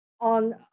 on